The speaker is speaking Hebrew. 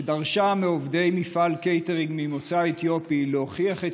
שדרשה מעובדי מפעל קייטרינג ממוצא אתיופי להוכיח את